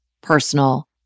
personal